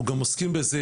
אנחנו עוסקים בזה.